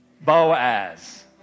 Boaz